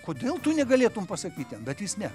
kodėl tu negalėtum pasakyt jam bet jis ne